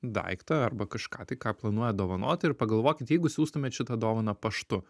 daiktą arba kažką tai ką planuojat dovanoti ir pagalvokit jeigu siųstumėt šitą dovaną paštu